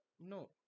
no